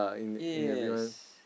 yes